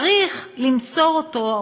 צריך למסור אותו,